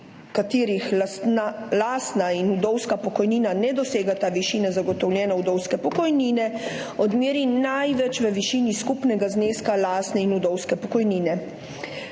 katerih lastna in vdovska pokojnina ne dosegata višine zagotovljene vdovske pokojnine, odmeri največ v višini skupnega zneska lastne in vdovske pokojnine.